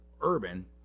Urban